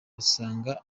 asanga